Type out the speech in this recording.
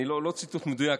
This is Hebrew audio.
לא ציטוט מדויק,